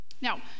Now